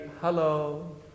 hello